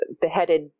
beheaded